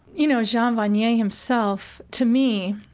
you know, jean vanier himself, to me,